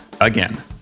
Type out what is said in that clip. again